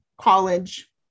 college